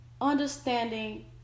understanding